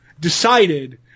decided